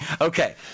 Okay